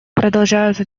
продолжаются